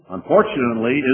Unfortunately